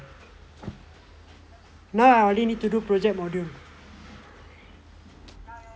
now I only need to do project module